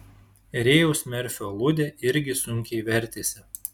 rėjaus merfio aludė irgi sunkiai vertėsi